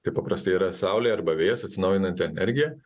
tai paprastai yra saulė arba vėjas atsinaujinanti energija